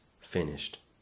finished